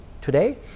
Today